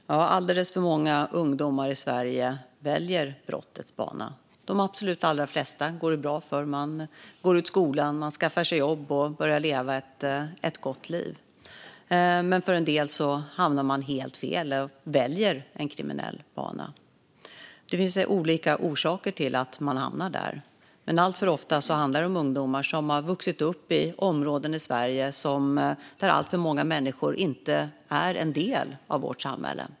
Fru talman! Alldeles för många ungdomar i Sverige väljer brottets bana. De flesta ungdomar går det bra för; de går ut skolan, skaffar sig jobb och börjar leva ett gott liv. Men en del hamnar helt fel och väljer en kriminell bana. Det finns olika orsaker till att man hamnar där, men alltför ofta handlar det om ungdomar som har vuxit upp i områden i Sverige där alltför många människor inte är en del av vårt samhälle.